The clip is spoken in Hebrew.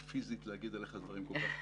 פיזית להגיד עליך דברים כל כך טובים.